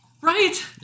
Right